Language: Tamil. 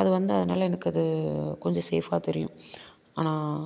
அது வந்து அதனால எனக்கு அது கொஞ்சம் சேஃப்ஃபாக தெரியும் ஆனால்